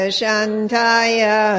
Shantaya